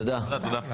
תודה.